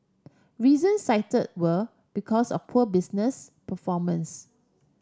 reasons cited were because of poor business performance